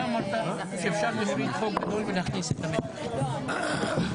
התשפ"ב-2022 (מ/1569),